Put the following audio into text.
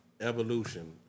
evolution